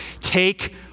take